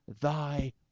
thy